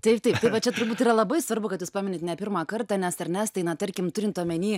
taip taip tai va čia turbūt yra labai svarbu kad jūs paminit ne pirmą kartą nes ernestai na tarkim turint omeny